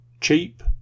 cheap